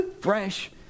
fresh